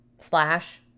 splash